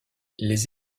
les